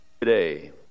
today